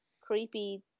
creepy